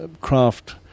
craft